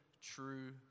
true